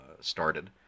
started